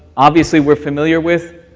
obviously we're familiar with,